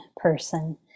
person